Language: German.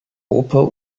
oper